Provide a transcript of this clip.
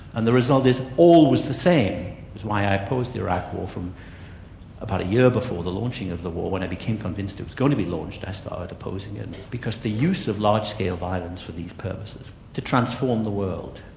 and the result is always the same, which is why i opposed the iraq war from about a year before the launching of the war when i became convinced it's going to be launched i started opposing it because the use of large-scale violence for these purposes, to transform the world,